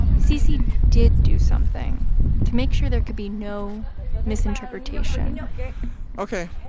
cc did do something to make sure there could be no misinterpretation ok.